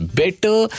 better